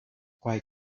quite